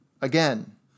Again